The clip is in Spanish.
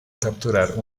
capturar